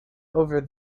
over